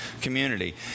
community